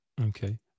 Okay